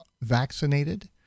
vaccinated